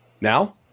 Now